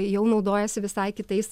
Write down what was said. jau naudojasi visai kitais